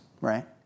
right